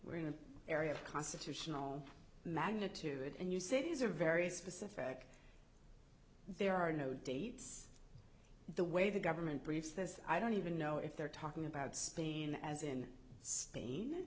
we're in an area of constitutional magnitude and you cities are very specific there are no dates the way the government briefs this i don't even know if they're talking about spain as in spain